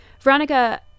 Veronica